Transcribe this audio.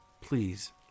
please